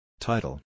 Title